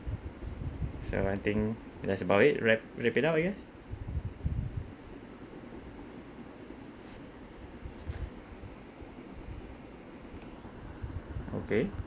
so one thing that's about it wrap wrap it up I guess okay